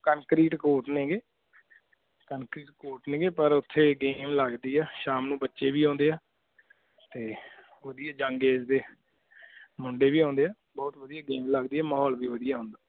concrete court ਨੇਗੇ concrete court ਨੇਗੇ ਪਰ ਉੱਥੇ ਗੇਮ ਲੱਗਦੀ ਹੈ ਸ਼ਾਮ ਨੂੰ ਬੱਚੇ ਵੀ ਆਉਂਦੇ ਆ ਅਤੇ ਵਧੀਆ ਜੰਗ ਏਜ ਦੇ ਮੁੰਡੇ ਵੀ ਆਉਂਦੇ ਆ ਬਹੁਤ ਵਧੀਆ ਗੇਮ ਲੱਗਦੀ ਹੈ ਮਾਹੌਲ ਵੀ ਵਧੀਆ ਹੁੰਦਾ